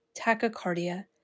tachycardia